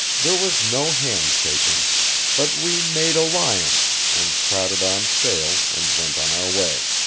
there was no handshaking but we made alliance, and crowded on sail, and went on our way.